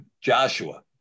Joshua